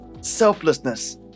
selflessness